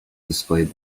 displayed